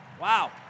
Wow